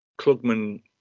Klugman